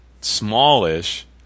smallish